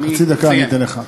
חצי דקה אני אתן לך.